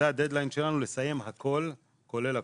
זה הדד ליין שלנו לסיים הכול כולל הכול.